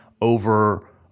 over